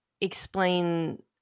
explain